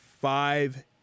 five